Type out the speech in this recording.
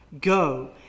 go